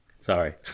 Sorry